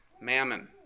Mammon